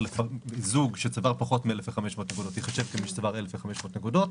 זוג שצבר פחות מ-1,500 נקודות ייחשב כמי שצבר 1,500 נקודות,